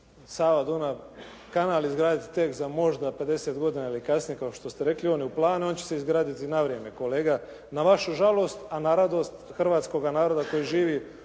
Sava – Dunav kanal izgraditi tek za možda 50 godina ili kasnije kao što ste rekli. On je u planu. On će se izgraditi na vrijeme kolega na vašu žalost, a na radost hrvatskoga naroda koji živi